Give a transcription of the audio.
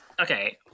Okay